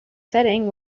setting